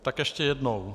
Tak ještě jednou.